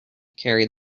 carry